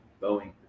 Boeing